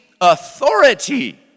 authority